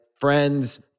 friends